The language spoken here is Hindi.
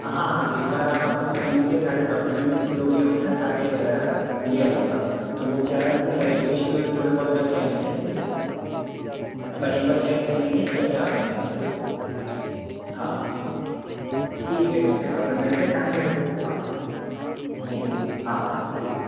हाँ हाँ एक बार आप अपनी ज़मीन के सारे डोक्यूमेंट्स जो भी होंगे ना सारे ले आइएगा तो वो क्या है अपने वेरीफिकेशन में भी थोड़े बहुत लग जाऍंगे ना इसी लिए अपन एक बार चेक कर लेंगे क्या क्या अपने हैं इसी लिए हाँ हाँ ठीक है ठीक है तो अपन मिलते हैं शाम को फिर हाँ जी हाँ हाँ हाँ ठीक है